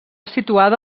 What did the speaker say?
situada